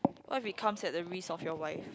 what if it comes at the risk of your wife